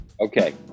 Okay